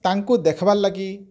ତାଙ୍କୁ ଦେଖ୍ବାର୍ ଲାଗି